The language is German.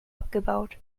abgebaut